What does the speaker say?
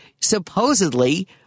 supposedly